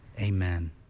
amen